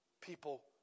people